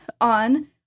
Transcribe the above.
on